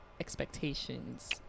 expectations